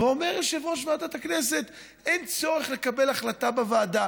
ואומר יושב-ראש ועדת הכנסת: אין צורך לקבל החלטה בוועדה.